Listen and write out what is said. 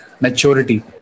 maturity